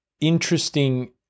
interesting